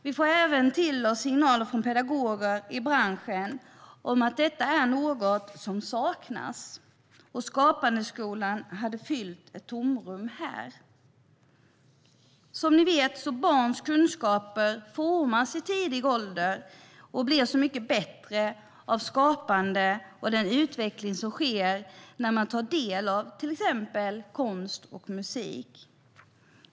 Vi får signaler från pedagoger i branschen om att detta är något som saknas, och Skapande skola hade fyllt ett tomrum här. Barns kunskaper formas i tidig ålder och blir så mycket bättre av det skapande och den utveckling som sker när man tar del av till exempel konst och musik.